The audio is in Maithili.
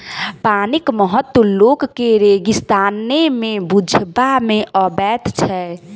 पानिक महत्व लोक के रेगिस्ताने मे बुझबा मे अबैत छै